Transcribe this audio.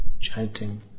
chanting